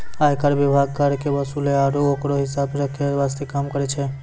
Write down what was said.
आयकर विभाग कर के वसूले आरू ओकरो हिसाब रख्खै वास्ते काम करै छै